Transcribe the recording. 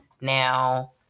Now